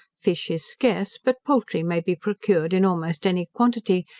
fish is scarce but poultry may be procured in almost any quantity,